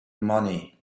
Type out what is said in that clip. money